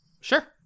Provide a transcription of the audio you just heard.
Sure